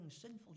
sinful